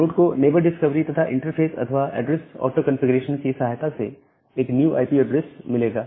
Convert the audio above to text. node को neighbour discovery तथा interface अथवा एड्रेस ऑटोकंफीग्रेशन की सहायता से एक new IP address IPv6 address मिलेगा